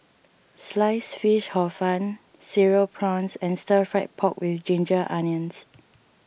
Sliced Fish Hor Fun Cereal Prawns and Stir Fried Pork with Ginger Onions